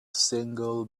single